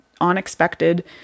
unexpected